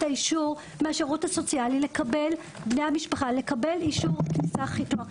האישור מהשירות הסוציאלי לקבלת פטור מתשלום.